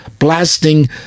blasting